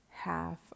Half